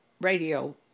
radio